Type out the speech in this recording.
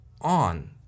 on